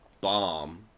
bomb